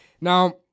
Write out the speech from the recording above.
Now